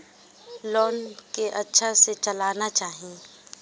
Loan के अच्छा से चलाना चाहि?